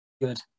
good